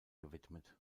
gewidmet